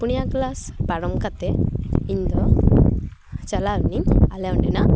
ᱯᱩᱱᱭᱟ ᱠᱮᱞᱟᱥ ᱯᱟᱨᱚᱢ ᱠᱟᱛᱮ ᱤᱧ ᱫᱚ ᱪᱟᱞᱟᱣ ᱮᱱᱟᱹᱧ ᱟᱞᱮ ᱚᱸᱰᱮ ᱱᱟᱜ